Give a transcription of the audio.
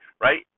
right